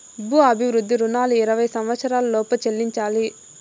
భూ అభివృద్ధి రుణాలు ఇరవై సంవచ్చరాల లోపు చెల్లించాలి